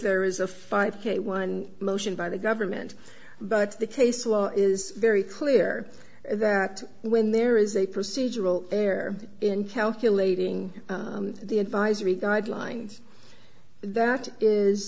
there is a five k one motion by the government but the case law is very clear that when there is a procedural error in calculating the advisory guidelines that is